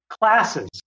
classes